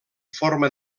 forma